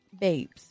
babes